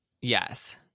Yes